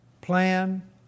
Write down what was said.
Plan